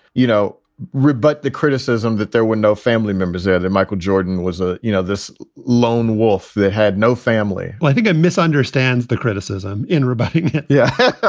you know, rebut the criticism that there were no family members, that michael jordan was a, you know, this lone wolf that had no family well, i think it misunderstands the criticism in rebutting yeah,